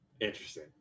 Interesting